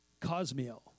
cosmeo